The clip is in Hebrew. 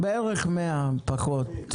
בערך 100, פחות.